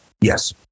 Yes